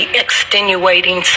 extenuating